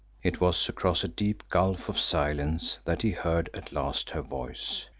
it was across a deep gulf of silence that he heard at last her voice.